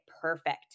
perfect